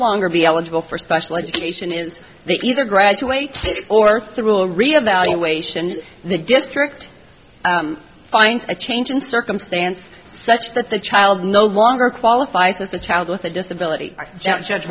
longer be eligible for special education is they either graduate or through a reevaluation the district finds a change in circumstance such that the child no longer qualifies as a child with a disability ju